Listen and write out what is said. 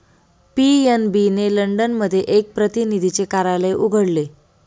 PNB ने London मध्ये एक प्रतिनिधीचे कार्यालय उघडले